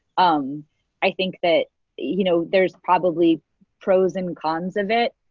um i think that you know there's probably pros and cons of it.